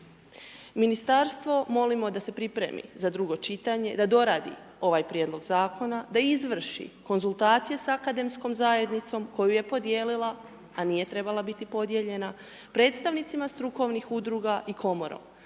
Ministarstvo molimo da se pripremi za drugo čitanje, da doradi ovaj prijedlog zakona da izvrši konzultacije s akademskom zajednicom koju je podijelila, a nije trebala biti podijeljena, predstavnicima strukovnih udruga i komorom